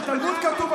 בתלמוד כתוב,